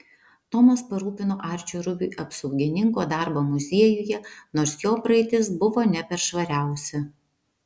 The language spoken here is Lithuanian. tomas parūpino arčiui rubiui apsaugininko darbą muziejuje nors jo praeitis buvo ne per švariausia